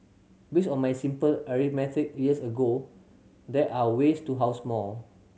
based on my simple arithmetic years ago there are ways to house more